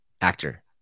actor